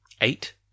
Eight